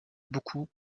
beaucoup